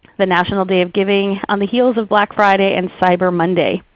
the national day of giving on the heels of black friday and cyber monday.